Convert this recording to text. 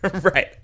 Right